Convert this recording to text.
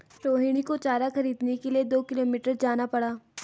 रोहिणी को चारा खरीदने के लिए दो किलोमीटर जाना पड़ा